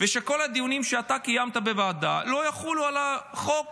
ושכל הדיונים שאתה קיימת בוועדה לא יחולו על החוק